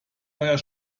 neuer